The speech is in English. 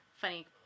funny